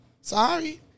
Sorry